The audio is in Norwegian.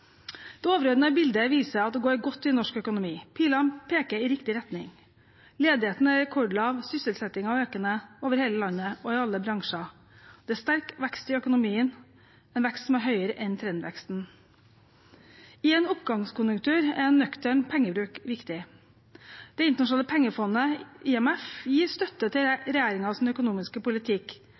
Det overordnede bildet viser at det går godt i norsk økonomi; pilene peker i riktig retning. Ledigheten er rekordlav, sysselsettingen økende, over hele landet og i alle bransjer. Det er sterk vekst i økonomien, en vekst som er høyere enn trendveksten. I en oppgangskonjunktur er nøktern pengebruk viktig. Det internasjonale pengefondet, IMF, gir støtte til regjeringens økonomiske politikk